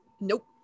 nope